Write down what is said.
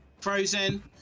frozen